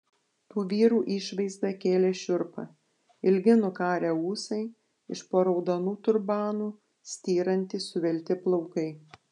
tų vyrų išvaizda kėlė šiurpą ilgi nukarę ūsai iš po raudonų turbanų styrantys suvelti plaukai